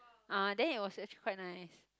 ah then it was actually quite nice